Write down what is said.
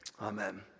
Amen